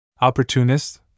Opportunist